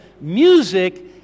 music